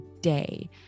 day